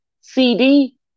CD